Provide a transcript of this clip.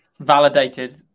validated